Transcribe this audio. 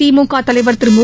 திமுக தலைவர் திரு மு